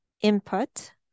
input